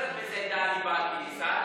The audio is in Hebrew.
המזרחי.